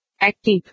Active